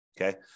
okay